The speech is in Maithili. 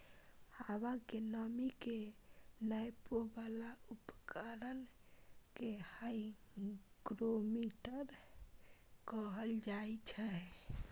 हवा के नमी के नापै बला उपकरण कें हाइग्रोमीटर कहल जाइ छै